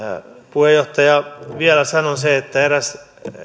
puheenjohtaja vielä sanon sen että eräs